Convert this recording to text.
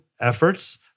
efforts